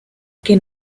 que